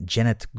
Janet